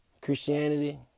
Christianity